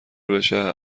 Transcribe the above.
بشه